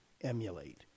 emulate